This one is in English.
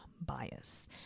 bias